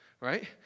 right